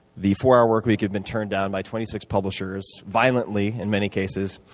the four hour workweek had been turned down by twenty six publishers violently, in many cases.